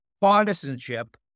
partisanship